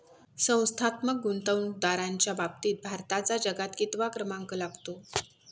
संस्थात्मक गुंतवणूकदारांच्या बाबतीत भारताचा जगात कितवा क्रमांक लागतो?